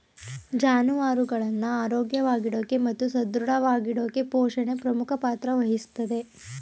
ಜಾನುವಾರುಗಳನ್ನ ಆರೋಗ್ಯವಾಗಿಡೋಕೆ ಮತ್ತು ಸದೃಢವಾಗಿಡೋಕೆಪೋಷಣೆ ಪ್ರಮುಖ ಪಾತ್ರ ವಹಿಸ್ತದೆ